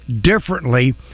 differently